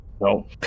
No